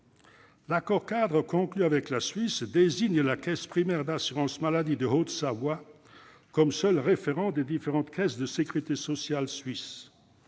l'accord-cadre conclu avec la Suisse désigne la caisse primaire d'assurance maladie de Haute-Savoie comme seul « référent » des différentes caisses de sécurité sociale suisses.